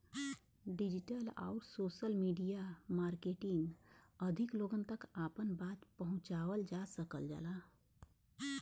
digital आउर social media marketing अधिक लोगन तक आपन बात पहुंचावल जा सकल जाला